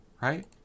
Right